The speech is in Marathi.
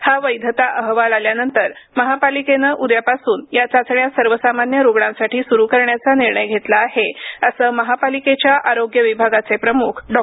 हा वैधता अहवाल आल्यानंतर महापालिकेने उद्यापासून या चाचण्या सर्वसामान्य रुग्णांसाठी सूरू करण्याचा निर्णय घेतला आहे असं महापालिकेच्या आरोग्य विभागाचे प्रमुख डॉ